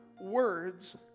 words